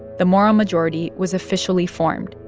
the moral majority was officially formed,